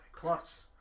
Plus